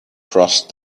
crossed